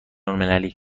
المللی